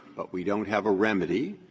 but we don't have a remedy?